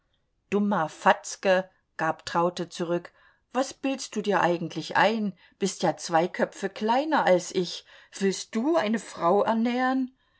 dummer fatzke gab traute zurück was bild'st du dir eigentlich ein bist ja zwei köpfe kleiner als ich willst du eine frau ernähren